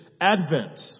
Advent